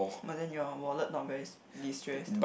but then your wallet not very s~ destressed